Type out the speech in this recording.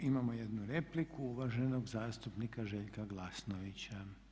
Imamo jednu repliku, uvaženog zastupnika Željka Glasnovića.